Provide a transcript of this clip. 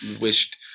wished